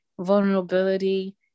vulnerability